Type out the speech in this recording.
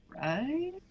right